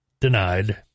denied